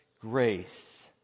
grace